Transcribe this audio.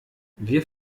wir